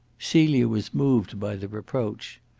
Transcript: celia was moved by the reproach.